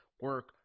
Work